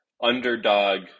underdog